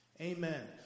Amen